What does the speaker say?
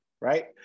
right